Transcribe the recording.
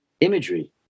imagery